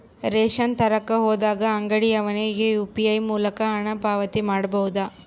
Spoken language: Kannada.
ರೇಷನ್ ತರಕ ಹೋದಾಗ ಅಂಗಡಿಯವನಿಗೆ ಯು.ಪಿ.ಐ ಮೂಲಕ ಹಣ ಪಾವತಿ ಮಾಡಬಹುದಾ?